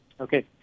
Okay